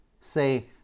say